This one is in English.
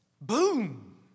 boom